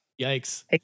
Yikes